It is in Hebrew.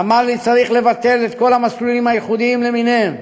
ואמר לי: צריך לבטל את כל המסלולים הייחודיים למיניהם,